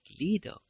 leader